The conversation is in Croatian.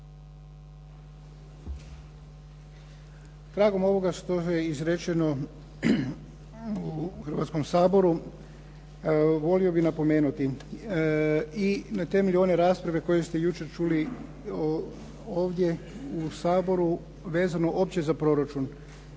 Tragom ovoga što je izrečeno u Hrvatskom saboru, volio bih napomenuti i na temelju one rasprave koju ste jučer čuli ovdje u Saboru vezano opće za proračun.